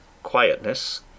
quietness